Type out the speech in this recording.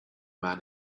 man